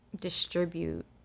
distribute